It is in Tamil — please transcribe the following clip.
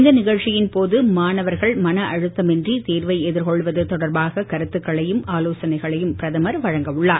இந்த நிகழ்ச்சியின்போது மாணவர்கள் மன அழுத்தம் இன்றி தேர்வை எதிர்கொள்வது தொடர்பாக கருத்துகளையும் ஆலோசனைகளையும் பிரதமர் வழங்க உள்ளார்